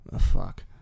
Fuck